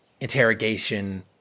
interrogation